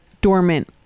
dormant